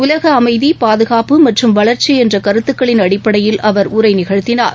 உலக அமைதி பாதுகாப்பு மற்றும் வளர்ச்சி என்ற கருத்துக்களின் அடிப்படையில் அவர் உரை நிகழ்த்தினார்